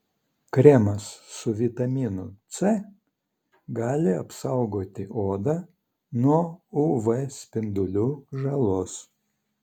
kremas su vitaminu c gali apsaugoti odą nuo uv spindulių žalos